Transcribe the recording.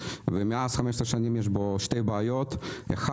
ומאז יש בו שתי בעיות: א',